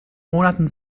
monaten